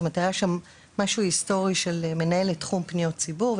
נקרא לזה היה שם משהו היסטורי של מנהלת תחום פניות ציבור,